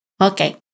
Okay